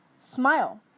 Smile